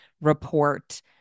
report